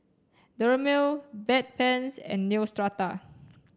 Dermale Bedpans and Neostrata